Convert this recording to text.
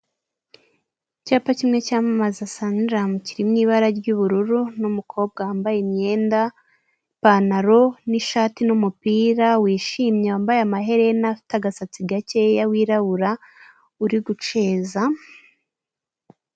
Icyapa kimwe cyamamaza saniramu kiri mu ibara ry'ubururu, n'umukobwa wambaye imyenda, ipantaro n'ishati n'umupira w'ijimye, wambaye amaherena, afite agasatsi gakeya, wirabura, uri guceza.